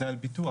זה על ביטוח,